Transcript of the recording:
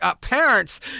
parents